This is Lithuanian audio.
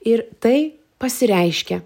ir tai pasireiškia